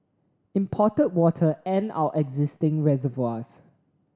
imported water and our existing reservoirs